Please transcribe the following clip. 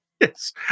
Yes